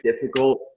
difficult